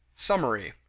summary.